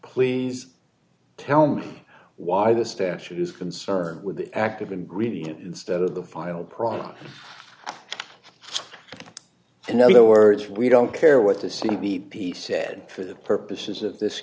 please tell me why the statute is concerned with the active ingredient instead of the final product so in other words we don't care what the c b p said for the purposes of this